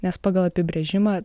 nes pagal apibrėžimą